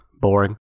Boring